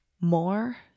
more